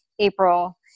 April